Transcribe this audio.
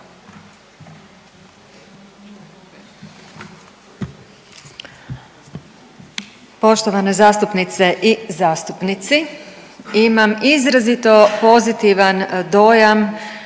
Poštovane zastupnice i zastupnice imama izrazito pozitivan dojam